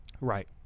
Right